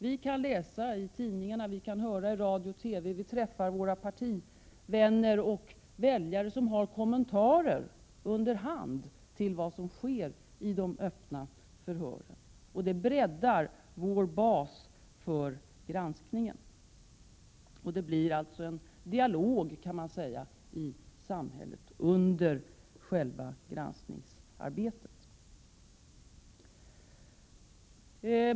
Vi kan läsa i tidningarna och höra i radio och TV, och vi träffar våra partivänner och väljare, som har kommentarer under hand till vad som sker i de öppna förhören. Det breddar vår bas för granskningen, och det blir en dialog i samhället under själva granskningsarbetet.